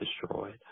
destroyed